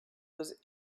was